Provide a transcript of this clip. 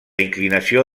inclinació